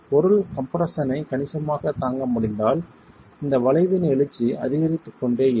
பொருள் கம்ப்ரெஸ்ஸன் ஐ கணிசமாக தாங்க முடிந்தால் இந்த வளைவின் எழுச்சி அதிகரித்துக்கொண்டே இருக்கும்